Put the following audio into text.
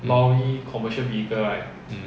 mm